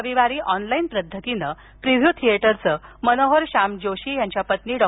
रविवारी ऑनलाइन पद्धतीनं प्रिव्हू थिएटरचं मनोहर श्याम जोशी यांच्या पत्नी डॉ